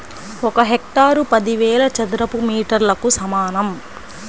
ఒక హెక్టారు పదివేల చదరపు మీటర్లకు సమానం